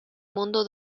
mundo